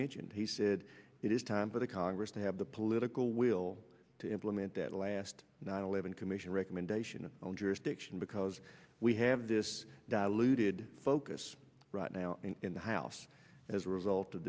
mentioned he said it is time for the congress to have the political will to implement that last nine eleven commission recommendation on jurisdiction because we have this diluted focus right now in the house as a result of